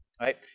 right